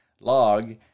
log